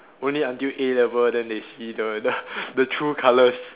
only until A-level then they see the the the true colours